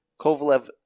Kovalev